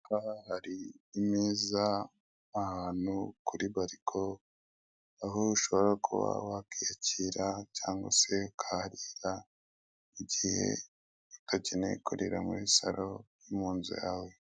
Ahangaha hari imeza ni ahantu kuri bariko aho ushobora kuba wakiyakira cyangwa se ukaharira mu gihe udakeneye kurira muri saro no mu nzu yawe.